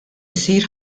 isir